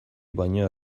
baino